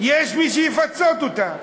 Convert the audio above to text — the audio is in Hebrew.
יש מי שיפצה אותה,